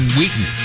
Wheaton